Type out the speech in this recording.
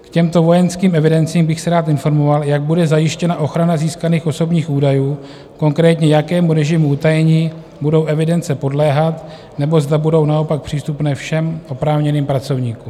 K těmto vojenským evidencím bych se rád informoval, jak bude zajištěna ochrana získaných osobních údajů, konkrétně jakému režimu utajení budou evidence podléhat, nebo zda budou naopak přístupné všem oprávněným pracovníkům.